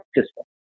system